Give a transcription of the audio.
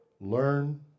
Learn